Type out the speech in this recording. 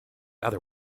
other